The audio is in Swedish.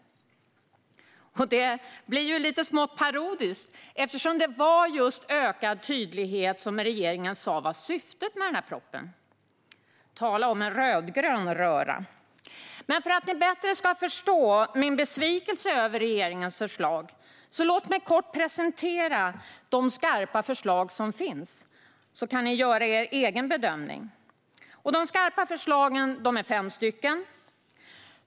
Det blir smått parodiskt, eftersom det var just ökad tydlighet som regeringen sa var syftet med propositionen. Tala om en rödgrön röra! För att ni bättre ska förstå min besvikelse över regeringens förslag: Låt mig kort presentera de skarpa förslag som finns, så att ni kan göra er egen bedömning. De skarpa förslagen är fem stycken.